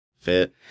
fit